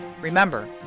Remember